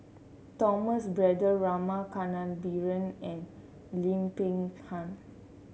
Thomas Braddell Rama Kannabiran and Lim Peng Han